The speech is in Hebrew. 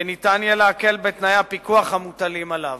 וניתן יהיה להקל בתנאי הפיקוח המוטלים עליו.